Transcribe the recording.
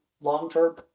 long-term